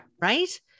Right